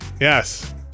Yes